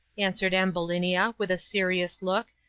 answered ambulinia, with a serious look,